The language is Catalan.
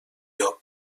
llop